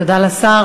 תודה לשר.